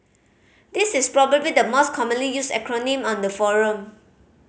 this is probably the most commonly used acronym on the forum